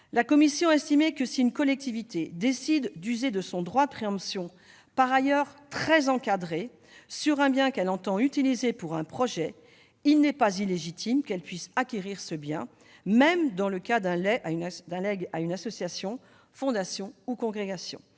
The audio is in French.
La commission a estimé que, si une collectivité décide d'user de son droit de préemption, par ailleurs très encadré, sur un bien qu'elle entend utiliser pour un projet, il n'est pas illégitime qu'elle puisse acquérir ce bien, même dans le cas d'un legs à une association, fondation ou congrégation.